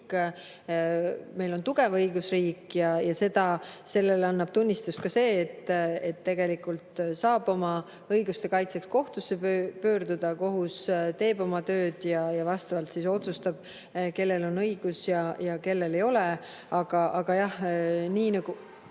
meil on tugev õigusriik, ja sellest annab tunnistust ka see, et tegelikult saab oma õiguste kaitseks kohtusse pöörduda. Kohus teeb oma tööd ja vastavalt siis otsustab, kellel on õigus ja kellel ei ole. Aga jah, nii nagu ...